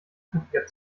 kräftiger